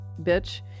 bitch